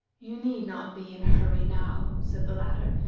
you need not be in a hurry now, said the latter,